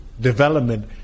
development